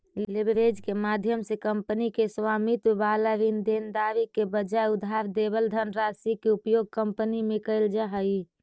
leverage के माध्यम से कंपनी के स्वामित्व वाला ऋण देनदारी के बजाय उधार लेवल धनराशि के उपयोग कंपनी में कैल जा हई